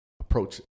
approach